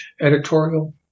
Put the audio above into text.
editorial